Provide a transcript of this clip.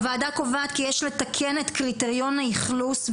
הוועדה קובעת כי יש לתקן את קריטריון האכלוס,